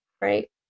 Right